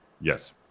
Yes